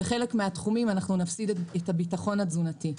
בחלק מהתחומים אנחנו נפסיד את הביטחון התזונתי.